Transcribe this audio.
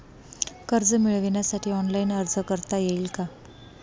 कर्ज मिळविण्यासाठी ऑनलाइन अर्ज करता येईल का?